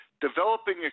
developing